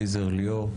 לייזר וליאור.